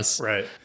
Right